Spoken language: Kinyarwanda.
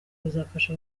bizafasha